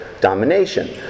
domination